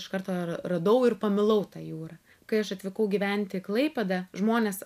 iš karto ra radau ir pamilau tą jūrą kai aš atvykau gyventi į klaipėdą žmonės